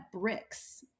bricks